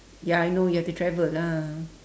ya I know you have to travel lah